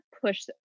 push